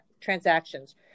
transactions